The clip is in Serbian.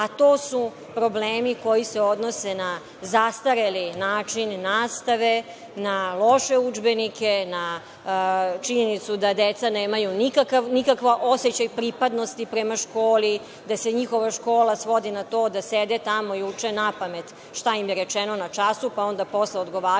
a to su problemi koji se odnose na zastareli način nastave, na loše udžbenike, na činjenicu da deca nemaju nikakav osećaj pripadnosti prema školi, da se njihova škola svodi na to da sede tamo i uče napamet šta im je rečeno na času, pa onda posle odgovaraju,